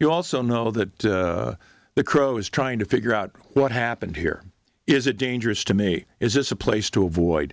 you also know that the crow is trying to figure out what happened here is it dangerous to me is this a place to avoid